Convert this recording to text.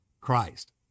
Christ